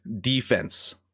defense